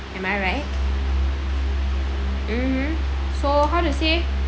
am I right mmhmm so how to say